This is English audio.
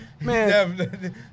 Man